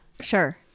sure